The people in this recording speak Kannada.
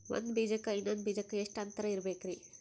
ಒಂದ್ ಬೀಜಕ್ಕ ಇನ್ನೊಂದು ಬೀಜಕ್ಕ ಎಷ್ಟ್ ಅಂತರ ಇರಬೇಕ್ರಿ?